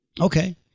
Okay